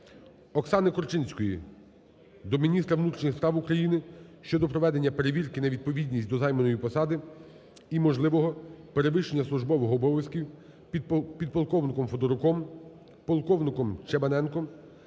Оксани Корчинської до міністра внутрішніх справ України щодо проведення перевірки на відповідність до займаної посади і, можливого, перевищення службових обов'язків підполковником Федоруком, полковником Чебаненком